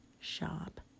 shop